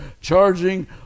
charging